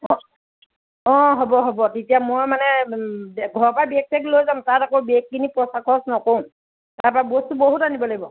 অঁ হ'ব হ'ব তেতিয়া মই মানে ঘৰৰ পৰা বেগ চেগ লৈ যাম তাত আকৌ বেগ কিনি পইচা খৰচ নকৰোঁ তাতে বস্তু বহুত আনিব লাগিব